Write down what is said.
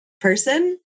person